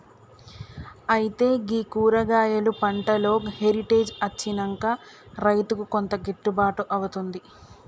అయితే గీ కూరగాయలు పంటలో హెరిటేజ్ అచ్చినంక రైతుకు కొంత గిట్టుబాటు అవుతుంది